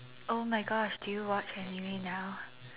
oh my gosh do you watch anime now